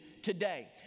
today